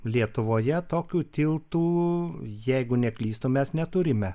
lietuvoje tokių tiltų jeigu neklystu mes neturime